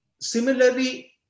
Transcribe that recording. Similarly